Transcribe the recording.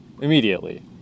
immediately